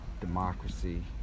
democracy